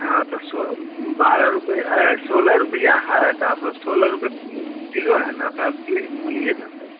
हाँ तो सो बारह रुपया सोलह रुपये है त अब सोलह रुपए किलो है न तो अब ले बोलिए न त